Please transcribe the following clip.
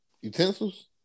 utensils